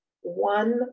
one